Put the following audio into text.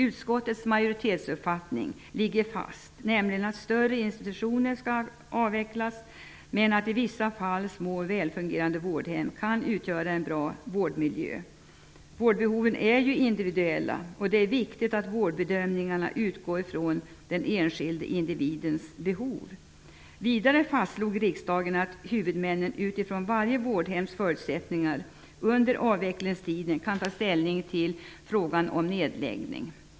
Utskottsmajoritetens uppfattning ligger fast, nämligen att större institutioner skall avvecklas, men att i vissa fall små, väl fungerande vårdhem kan utgöra en bra vårdmiljö. Vårdbehoven är individuella, och det är viktigt att vårdbedömningarna utgår från den enskilde individens behov. Vidare fastslog riksdagen att huvudmännen, utifrån varje vårdhems förutsättningar, under avvecklingstiden kan ta ställning till frågan om nedläggning.